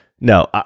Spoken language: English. No